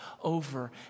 over